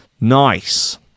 Nice